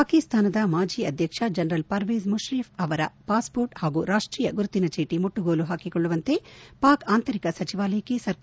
ಪಾಕಿಸ್ತಾನದ ಮಾಜಿ ಅಧ್ಯಕ್ಷ ಜನರಲ್ ಪರ್ವೇಜ್ ಮುಷರಪ್ ಅವರ ಪಾಸ್ಮೋರ್ಟ್ ಹಾಗೂ ರಾಷ್ಟೀಯ ಗುರುತಿನ ಚೀಟಿ ಮುಟ್ಟುಗೋಲು ಹಾಕಿಕೊಳ್ಳುವಂತೆ ಪಾಕ್ ಆಂತರಿಕ ಸಚಿವಾಲಯಕ್ಕೆ ಸರ್ಕಾರ ನಿದೇರ್ಶನ